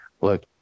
look